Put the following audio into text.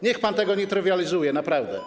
Niech pan tego nie trywializuje, naprawdę.